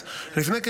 אדוני היושב-ראש,